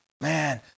man